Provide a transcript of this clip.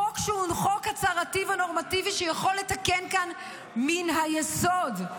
חוק שהוא הצהרתי ונורמטיבי שיכול לתקן כאן מן היסוד,